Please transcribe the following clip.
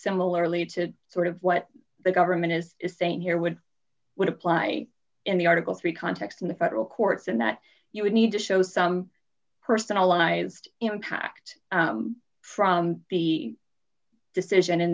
similarly to sort of what the government is saying here would would apply in the article three context in the federal courts and that you would need to show some personalized impact from the decision in